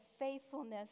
faithfulness